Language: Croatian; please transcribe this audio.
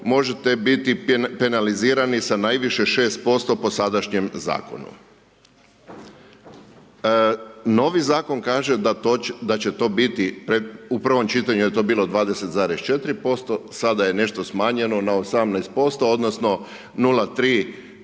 možete biti penalizirani sa najviše 6% po sadašnjem Zakonu. Novi Zakon kaže da će to biti, u prvom čitanju je to bilo 20,4%, sada je nešto smanjeno na 18% odnosno 0,3%